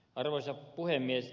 arvoisa puhemies